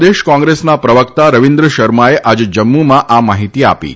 પ્રદેશ કોંગ્રેસના પ્રવક્તા રવિન્દ્ર શર્માએ આજે જમ્મુમાં આ માહિતી આપી હતી